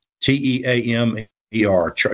T-E-A-M-E-R